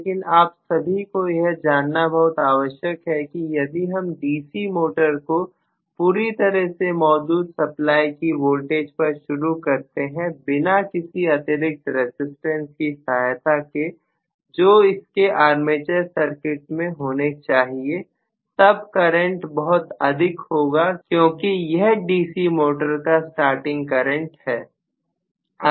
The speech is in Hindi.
लेकिन आप सभी को यह जानना बहुत आवश्यक है कि यदि हम डीसी मोटर को पूरी तरह से मौजूद सप्लाई की वोल्टेज पर शुरू करते हैं बिना किसी अतिरिक्त रसिस्टेंस की सहायता के जो इसके आर्मेचर सर्किट में होने चाहिए तब करंट बहुत अधिक होगा क्योंकि यह डीसी मोटर का स्टार्टिंग करंट है